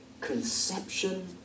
conception